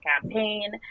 campaign